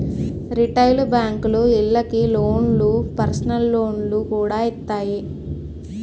retail బేంకులు ఇళ్ళకి లోన్లు, పర్సనల్ లోన్లు కూడా ఇత్తాయి